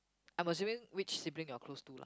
I'm assuming which sibling you are close to lah